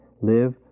live